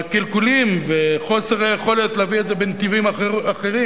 אבל קלקולים וחוסר היכולת להביא את זה בנתיבים אחרים